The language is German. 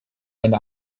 eine